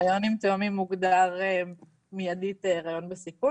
היריון עם תאומים מוגדר באופן מיידי כהיריון בסיכון